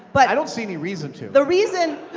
but i don't see any reason to. the reason,